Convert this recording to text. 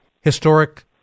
Historic